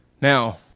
Now